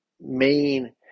main